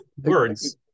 words